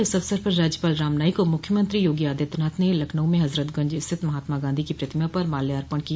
इस अवसर पर राज्यपाल राम नाईक और मुख्यमंत्री योगी आदित्यनाथ ने लखनऊ में हजरतगंज स्थित महात्मा गांधी की प्रतिमा फर माल्यार्पण किया